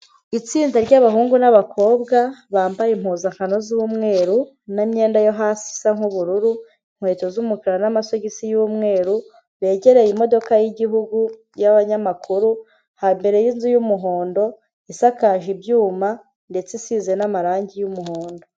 Itsinda ry'abahungu n'abakobwa, bambaye impuzankano z'umweru, n'imyenda yo hasi isa nk'ubururu, inkweto z'umukara n'amasogisi y'umweru. Begereye imodoka y'igihugu, y'abanyamakuru, ha mbere y'inzu y'umuhondo, isakaje ibyuma, ndetse isize n'amarangi y'umuhondo.